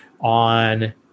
on